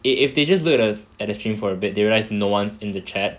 if if they just look at the stream for a bit they realise no one's in the chat